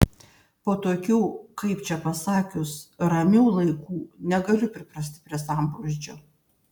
po tokių kaip čia pasakius ramių laikų negaliu priprasti prie sambrūzdžio